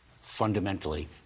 fundamentally